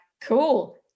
cool